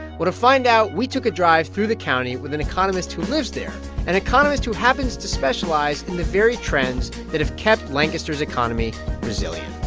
well, to find out, we took a drive through the county with an economist who lives there an economist who happens to specialize in the very trends that have kept lancaster's economy resilient